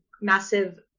massive